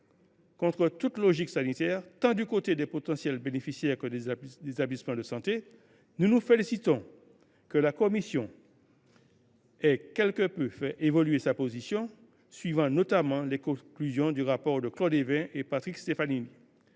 contre toute logique sanitaire, tant pour les potentiels bénéficiaires que pour les établissements de santé –, nous nous félicitons que la commission ait quelque peu fait évoluer sa position, en suivant notamment les conclusions du rapport de Claude Évin et de Patrick Stefanini.